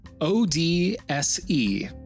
O-D-S-E